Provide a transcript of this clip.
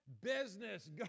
Business